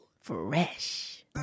fresh